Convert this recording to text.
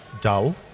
dull